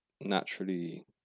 naturally